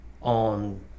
on